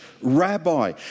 rabbi